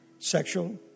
sexual